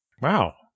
Wow